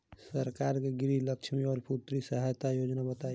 सरकार के गृहलक्ष्मी और पुत्री यहायता योजना बताईं?